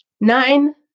Nine